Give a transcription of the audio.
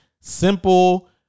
simple